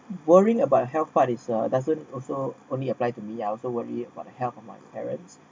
worrying about health but it's a doesn't also only apply to me I also worry about the health of my parents